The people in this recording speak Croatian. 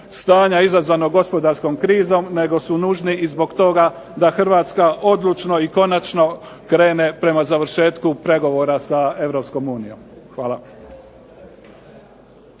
stanja izazvanog gospodarskom krizom, nego su nužni i zbog toga da Hrvatska odlučno i konačno krene prema završetku pregovora sa Europskom